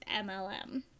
MLM